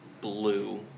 blue